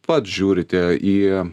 pats žiūrite į